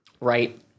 Right